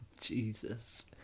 Jesus